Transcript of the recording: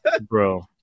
Bro